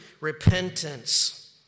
repentance